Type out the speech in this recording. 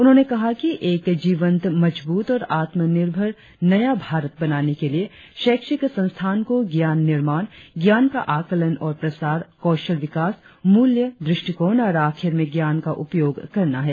उन्होंने कहा कि एक जीवंत मजबूत और आत्मनिर्भर नया भारत बनाने के लिए शैक्षिक संस्थान को ज्ञान निर्माण ज्ञान का आकलन और प्रसार कौशल विकास मूल्य दृष्टिकोण और आखिर में ज्ञान का उपयोग करना है